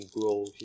grow